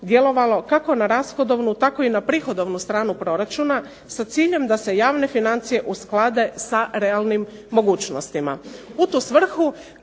djelovalo kako na rashodovnu tako i na prihodovnu stranu proračuna sa cilje da se javne financije usklade sa realnim mogućnostima.